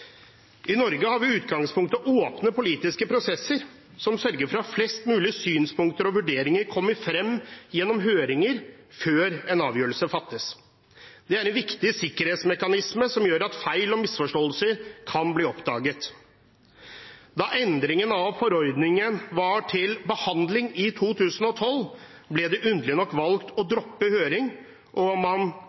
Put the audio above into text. I Norge har vi i utgangspunktet åpne politiske prosesser, som sørger for at flest mulige synspunkter og vurderinger kommer frem gjennom høringer før en avgjørelse fattes. Det er en viktig sikkerhetsmekanisme som gjør at feil og misforståelser kan bli oppdaget. Da endringen av forordningen var til behandling i 2012, ble det underlig nok valgt å droppe høring, og man